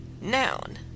Noun